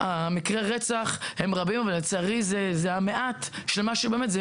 מקרי הרצח הם רבים, אבל לצערי זה המעט ממה שבאמת.